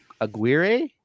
Aguirre